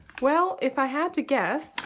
well, if i had to guess